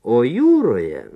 o jūroje